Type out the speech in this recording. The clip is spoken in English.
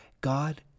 God